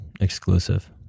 exclusive